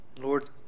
Lord